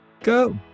go